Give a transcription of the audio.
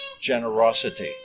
generosity